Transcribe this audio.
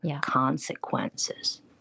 consequences